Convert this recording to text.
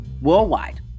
Worldwide